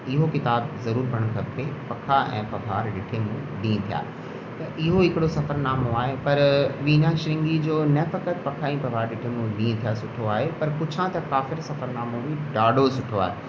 इहो किताबु ज़रूरु पढ़णु खपे ऐं पखा ऐं पहार ॾिठे मूं ॾींहं थी विया त इहो हिकिड़ो सफ़रनामो आहे पर वीना शृंगी जो नफ़कत पखा ऐं पखार ॾिठे मूं ॾीहं थी विया सुठो आहे पर पुछां त काफ़िर सफ़रनामो बि ॾाढो सुठो आहे